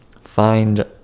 Find